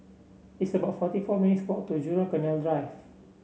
it's about forty four minutes' walk to Jurong Canal Drive